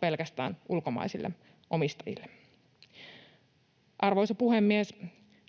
pelkästään ulkomaisille omistajille. Arvoisa puhemies!